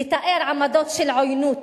לתאר עמדות של עוינות,